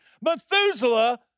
Methuselah